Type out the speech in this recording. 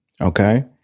Okay